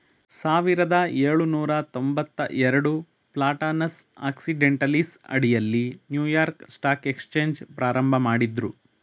ಸಾವಿರದ ಏಳುನೂರ ತೊಂಬತ್ತಎರಡು ಪ್ಲಾಟಾನಸ್ ಆಕ್ಸಿಡೆಂಟಲೀಸ್ ಅಡಿಯಲ್ಲಿ ನ್ಯೂಯಾರ್ಕ್ ಸ್ಟಾಕ್ ಎಕ್ಸ್ಚೇಂಜ್ ಪ್ರಾರಂಭಮಾಡಿದ್ರು